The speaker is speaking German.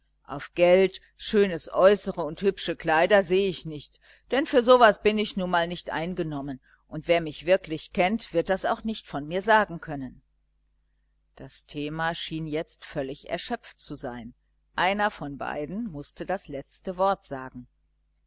auf geld ein schönes äußere und hübsche kleider seh ich nicht denn für so was bin ich nun mal nicht eingenommen und wer mich wirklich kennt wird das auch nicht von mir sagen können das thema schien jetzt völlig erschöpft zu sein einer von beiden mußte nun das letzte wort sagen